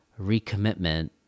recommitment